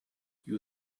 you